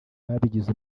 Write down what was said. babigize